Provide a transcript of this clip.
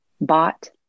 bought